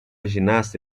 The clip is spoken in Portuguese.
ginasta